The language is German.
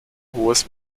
hohes